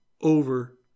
over